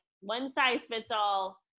one-size-fits-all